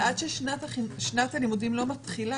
--- אבל עד ששנת הלימודים לא מתחילה,